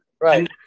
right